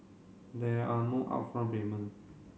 there are no upfront payment